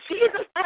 Jesus